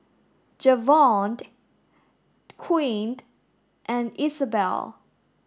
Javonte Quinn and Isabell